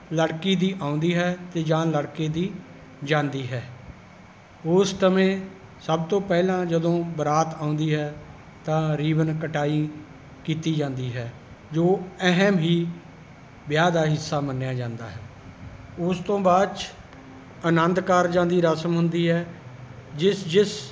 ਲੜਕੀ ਦੀ ਆਉਂਦੀ ਹੈ ਅਤੇ ਜਾਂ ਲੜਕੇ ਦੀ ਜਾਂਦੀ ਹੈ ਉਸ ਸਮੇਂ ਸਭ ਤੋਂ ਪਹਿਲਾਂ ਜਦੋਂ ਬਰਾਤ ਆਉਂਦੀ ਹੈ ਤਾਂ ਰੀਵਨ ਕਟਾਈ ਕੀਤੀ ਜਾਂਦੀ ਹੈ ਜੋ ਅਹਿਮ ਹੀ ਵਿਆਹ ਦਾ ਹਿੱਸਾ ਮੰਨਿਆ ਜਾਂਦਾ ਹੈ ਉਸ ਤੋਂ ਬਆਦ 'ਚ ਅਨੰਦ ਕਾਰਜਾਂ ਦੀ ਰਸਮ ਹੁੰਦੀ ਹੈ ਜਿਸ ਜਿਸ